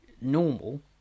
normal